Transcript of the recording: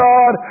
God